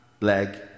leg